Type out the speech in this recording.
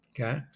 okay